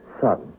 son